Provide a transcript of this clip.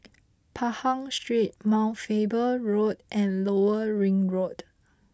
Pahang Street Mount Faber Road and Lower Ring Road